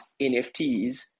NFTs